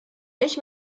ich